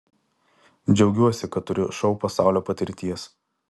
džiaugiuosi kad turiu šou pasaulio patirties